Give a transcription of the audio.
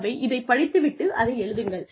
ஆகவே இதைப் படித்து விட்டு அதை எழுதுங்கள்